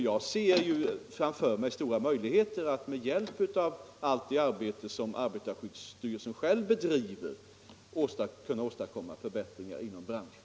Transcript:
Jag ser alltså framför mig stora möjligheter att med allt det arbete som arbetarskyddsstyrelsen bedriver kunna åstadkomma förbättringar inom branschen.